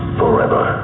forever